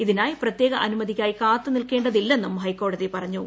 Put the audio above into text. ഇതിനായി പ്രത്യേക അനുമതിയ്ക്കായി കാത്തു നിൽക്കേണ്ടതില്ലെന്നും ഹൈക്കോടതി പറഞ്ഞു